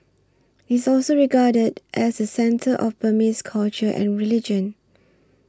it's also regarded as the centre of Burmese culture and religion